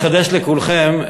לחדש לכולכם,